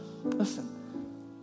listen